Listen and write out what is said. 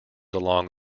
along